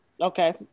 okay